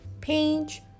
Page